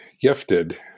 gifted